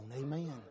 amen